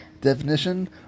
Definition